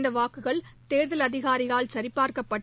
இந்த வாக்குகள் தேர்தல் அதிகாரியால் சரிபார்க்கப்பட்டு